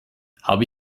habe